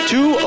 Two